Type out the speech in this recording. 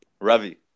Ravi